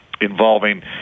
involving